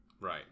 right